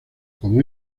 como